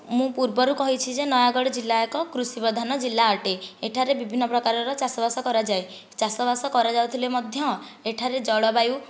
ମୁଁ ପୂର୍ବରୁ କହିଛିଯେ ନୟାଗଡ଼ ଜିଲ୍ଲା ଏକ କୃଷି ପ୍ରାଧାନ୍ୟ ଜିଲ୍ଲା ଅଟେ ଏଠାରେ ବିଭିନ୍ନ ପ୍ରକାରର ଚାଷବାସ କରାଯାଏ ଚାଷବାସ କରାଯାଉଥିଲେ ମଧ୍ୟ ଏଠାରେ ଜଳବାୟୁ